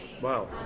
Wow